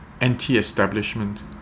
anti-establishment